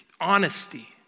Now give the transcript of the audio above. honesty